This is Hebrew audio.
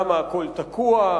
למה הכול תקוע,